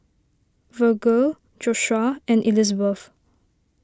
Vergil Joshuah and Elizabeth